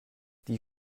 die